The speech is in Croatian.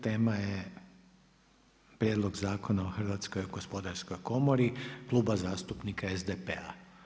Tema je prijedlog Zakona o Hrvatskoj gospodarskoj komori, Kluba zastupnika SDP-a.